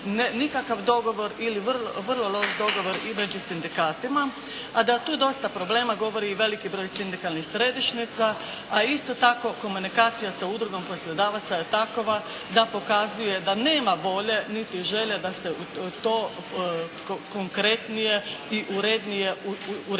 nikakav dogovor ili vrlo loš dogovor između sindikatima, a da je tu dosta problema govori i veliki broj sindikalnih središnjica, a isto tako komunikacija sa Udrugom poslodavaca je takova da pokazuje da nema volje niti želje da se to konkretnije i urednije uredi